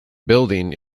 building